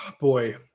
Boy